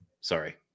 Sorry